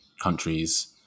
countries